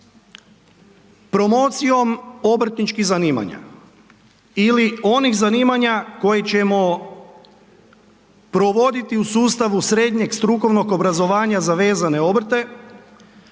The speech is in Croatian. promocijom obrtničkih zanimanja ili onih zanimanja koje ćemo provoditi u sustavu srednjeg strukovnog obrazovanja za vezane obrte,